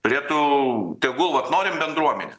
turėtų tegul vat norim bendruomenė